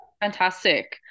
Fantastic